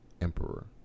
Emperor